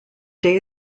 day